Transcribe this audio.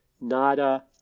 Nada